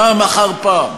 פעם אחר פעם,